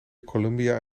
columbia